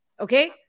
okay